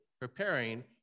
preparing